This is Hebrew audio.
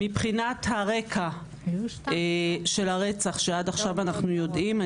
מבחינת הרקע של הרצח שעד עכשיו אנחנו יודעים,